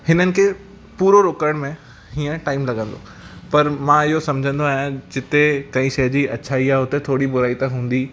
हिननि खे पूरो रूकण में हीअंर टाइम लगंदो पर मां इहो सम्झंदो आहियां जिते कई सारी अच्छाई आहे उते थोरी बुराई त हूंदी पर